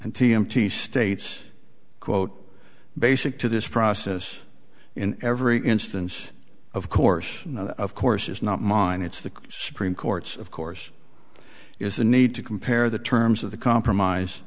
and t m t states quote basic to this process in every instance of course of course is not mine it's the supreme court's of course is the need to compare the terms of the compromise